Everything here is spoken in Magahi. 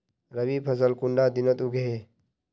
रवि फसल कुंडा दिनोत उगैहे?